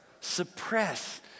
suppress